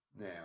now